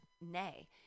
Nay